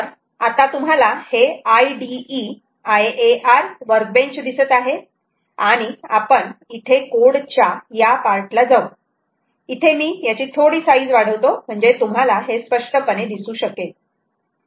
तर आता तुम्हाला हे IDE IAR वर्कबेंच दिसत आहे आणि आपण इथे कोड च्या या पार्ट ला जाऊ इथे मी याची थोडी साईज वाढवतो म्हणजे तुम्हाला हे स्पष्टपणे दिसू शकेल